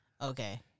Okay